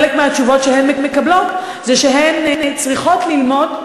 חלק מהתשובות שהן מקבלות זה שהן צריכות ללמוד,